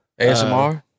ASMR